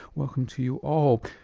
welcome to you all.